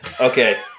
Okay